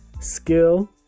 skill